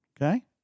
okay